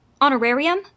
Honorarium